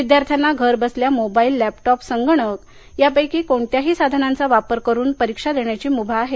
विद्यार्थ्यांना घरबसल्या mobile laptop संगणक यापैकी कोणत्याही साधनांचा वापर करून परीक्षा देण्याची मूभा आहे